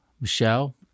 Michelle